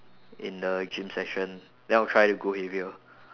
in the gym session then I'll try to go heavier